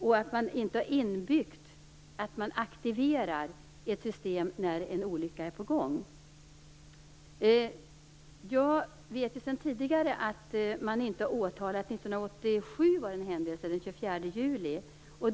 Här finns det inte inbyggt att man aktiverar ett system när en olycka håller på att ske. Den 24 juli 1987 inträffade också en händelse som man inte anmälde till åtal.